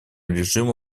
режима